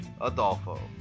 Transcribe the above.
Adolfo